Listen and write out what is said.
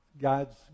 God's